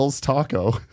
Taco